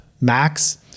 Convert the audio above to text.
max